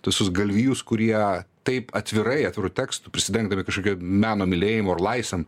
tai visus galvijus kurie taip atvirai atviru tekstu prisidengdami kažkokia meno mylėjimu ar laisvėm